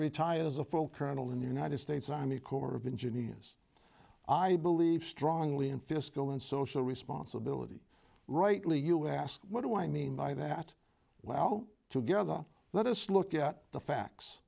retired as a full colonel in the united states army corps of engineers i believe strongly in fiscal and social responsibility rightly us what do i mean by that well together let us look at the facts